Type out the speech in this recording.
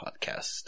podcast